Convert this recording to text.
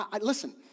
listen